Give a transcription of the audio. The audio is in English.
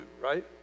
right